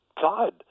God